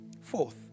fourth